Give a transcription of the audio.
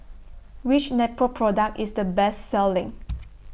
Which Nepro Product IS The Best Selling